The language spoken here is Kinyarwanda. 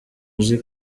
uzi